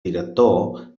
director